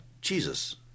Jesus